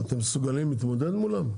אתם מסוגלים להתמודד מולם?